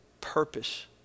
purpose